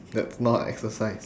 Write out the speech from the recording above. that's not an exercise